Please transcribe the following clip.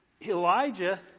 Elijah